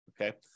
okay